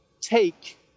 take